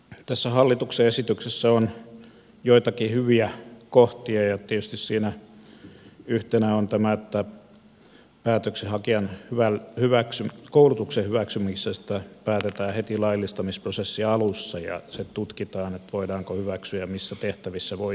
tässä hallituksen esityksessä on joitakin hyviä kohtia ja tietysti siinä yhtenä on tämä että päätöksenhakijan koulutuksen hyväksymisestä päätetään heti laillistamisprosessin alussa ja tutkitaan voidaanko hyväksyä ja missä tehtävissä voi toimia